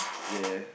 ya